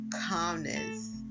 calmness